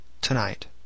Tonight